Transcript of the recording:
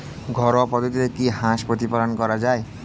ঘরোয়া পদ্ধতিতে কি হাঁস প্রতিপালন করা যায়?